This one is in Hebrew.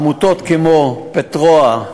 ועמותות כמו "פטרואה",